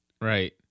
Right